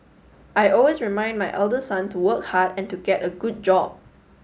I always remind my elder son to work hard and to get a good job